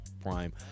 Prime